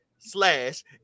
Slash